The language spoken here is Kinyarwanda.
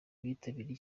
abitabiriye